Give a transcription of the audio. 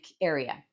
area